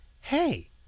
hey